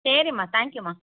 சரிமா தேங்க்யூமா